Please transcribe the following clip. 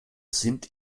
sind